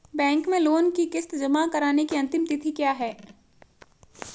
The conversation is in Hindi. बैंक में लोंन की किश्त जमा कराने की अंतिम तिथि क्या है?